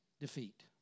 defeat